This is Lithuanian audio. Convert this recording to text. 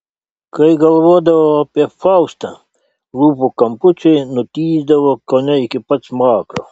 kai galvodavau apie faustą lūpų kampučiai nutįsdavo kone iki pat smakro